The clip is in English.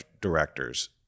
directors